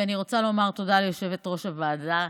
ואני רוצה לומר תודה ליושבת-ראש הוועדה,